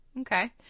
Okay